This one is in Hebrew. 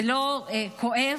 זה לא כואב?